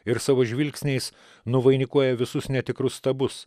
ir savo žvilgsniais nuvainikuoja visus netikrus stabus